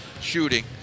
shooting